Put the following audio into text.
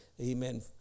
amen